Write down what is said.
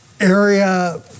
area